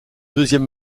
deuxième